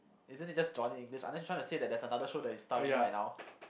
isn't it just Johnny-English unless you trying to say that there is another show that is starring him right now